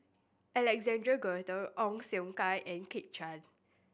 Alexander Guthrie Ong Siong Kai and Kit Chan